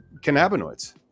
cannabinoids